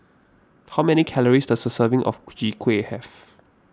how many calories does a serving of Chwee Kueh have